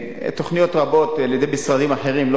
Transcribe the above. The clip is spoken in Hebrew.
תוכניות רבות למשרדים אחרים,